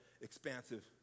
expansive